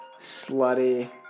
slutty